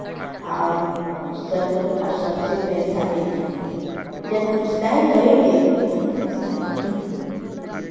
और वो सब सबसे पैसा लेती हूँ जब हम सिलाई करेंगे तो हम पैसा लेंगे